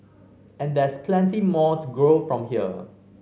and there's plenty more to grow from here